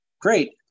great